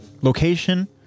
location